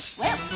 well,